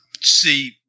See